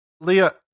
Leah